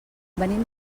venim